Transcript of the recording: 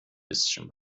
bisschen